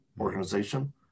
organization